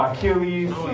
Achilles